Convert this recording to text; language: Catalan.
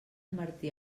martí